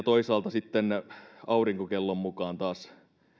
toisaalta sitten aurinkokellon mukaan taas